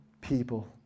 people